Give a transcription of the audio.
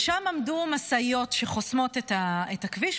שם עמדו משאיות שחוסמות את הכביש,